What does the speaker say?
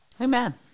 Amen